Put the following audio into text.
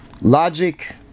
logic